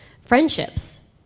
friendships